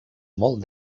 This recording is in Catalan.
molt